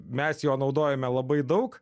mes jo naudojame labai daug